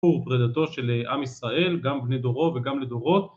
סיפור פרידתו של עם ישראל, גם בני דורו וגם לדורות